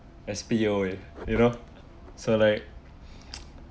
S_P_O_A you know so like